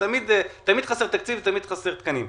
תמיד חסר תקציב ותמיד חסרים תקנים,